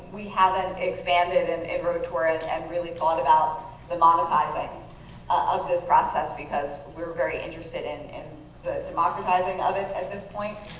we haven't expanded and in rhode tour and and really thought about the monetizing of this process because we're very interested in in the democratizing of it at this point.